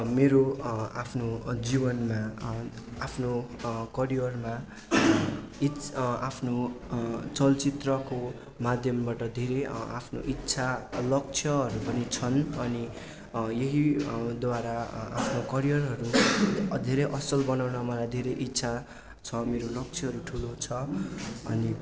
मेरो आफ्नो जीवनमा आफ्नो करियरमा इच् आफ्नो चलचित्रको माध्यमबट धेरै आफ्नो इच्छा लक्ष्यहरू पनि छन् अनि यही द्वारा आफ्नो करियरहरू धेरै असल बनाउन मलाई धेरै इच्छा छ मेरो लक्ष्यहरू ठुलो छ अनि